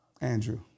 Andrew